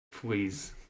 Please